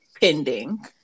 pending